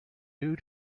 due